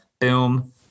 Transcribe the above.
boom